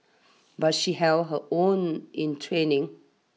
but she held her own in training